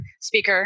speaker